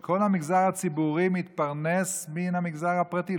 וכל המגזר הציבורי מתפרנס מן המגזר הפרטי,